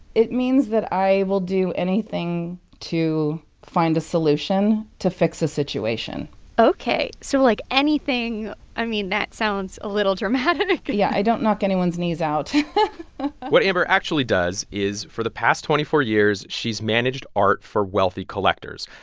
it means that i will do anything to find a solution to fix a situation ok, so like anything i mean, that sounds a little dramatic yeah, i don't knock anyone's knees out what amber actually does is for the past twenty four years she's managed art for wealthy collectors.